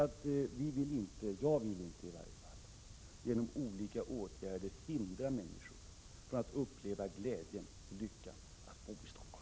Men vi vill inte — jag vill inte i varje fall — genom olika åtgärder hindra människor från att uppleva glädjen och lyckan att bo i Stockholm.